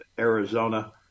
Arizona